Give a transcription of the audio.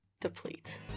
deplete